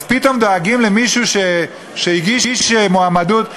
אז פתאום דואגים למישהו שהגיש מועמדות?